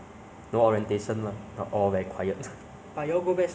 maybe maybe next time got friends now currently alone